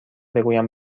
بگویم